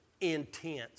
intense